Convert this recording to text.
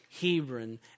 Hebron